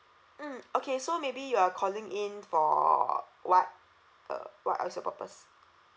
mm okay so maybe you are calling in for what uh what your purpose